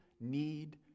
need